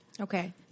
Okay